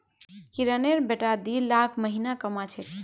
किरनेर बेटा दी लाख महीना कमा छेक